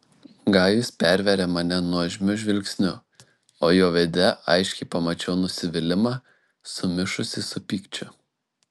gajus pervėrė mane nuožmiu žvilgsniu o jo veide aiškiai pamačiau nusivylimą sumišusį su pykčiu